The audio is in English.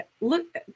look